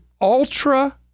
ultra